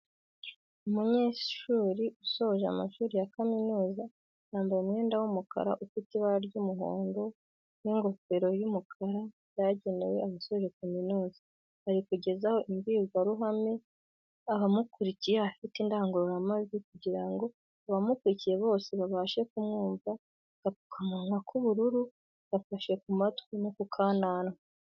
Umunyeshuri usoje amashuri ya kaminuza, yambaye umwenda w'umukara ufite ibara ry'umuhondo n'ingofero y'umukara byagenewe abasoje kaminuza, ari kugezaho imbwirwaruhame abamukurikiye afite indangururamajwi kugira ngo abamukurikiye bose babashe kumwumva, agapfukamunwa k'ubururu gafashe ku matwi no ku kananwa.